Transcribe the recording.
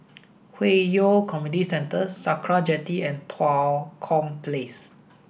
Hwi Yoh Community Centre Sakra Jetty and Tua Kong Place